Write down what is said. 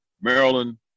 Maryland